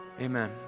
amen